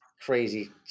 crazy